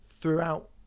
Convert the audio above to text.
throughout